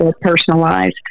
personalized